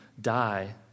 die